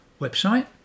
website